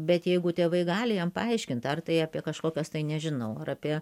bet jeigu tėvai gali jam paaiškint ar tai apie kažkokias tai nežinau ar apie